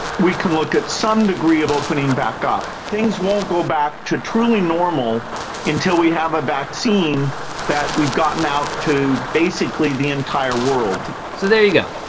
we can look at some degree of opening back up. things won't go back to truly normal until we have a vaccine that we've gotten out to basically the entire world. so there you go.